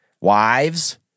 Wives